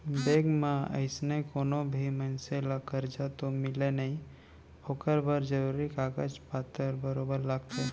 bank म अइसने कोनो भी मनसे ल करजा तो मिलय नई ओकर बर जरूरी कागज पातर बरोबर लागथे